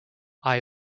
eye